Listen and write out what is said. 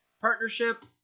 partnership